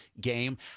Game